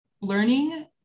learning